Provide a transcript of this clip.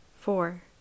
Four